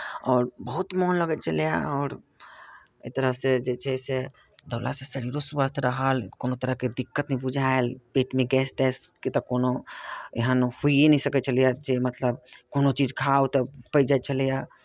आओर बहुत मोन लगै छलैए आओर एक तरहसँ जे छै से दौड़लासँ शरीरो स्वस्थ रहल कोनो तरहके दिक्कत नहि बुझायल पेटमे गैस तैसके तऽ कोनो एहन होइए नहि सकै छलैए जे मतलब कोनो चीज खाउ तऽ पचि जाइ छलैए